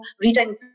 reading